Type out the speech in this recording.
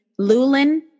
Lulin